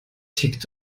tickt